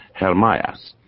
Hermias